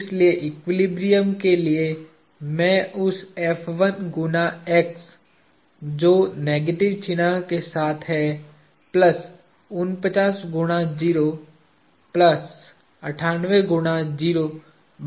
इसलिए एक्विलिब्रियम के लिए हमें उस गुना x जो नेगेटिव सिग्न के साथ है प्लस 49 गुना 0 प्लस 98 गुणा 0 बराबर 0 होता है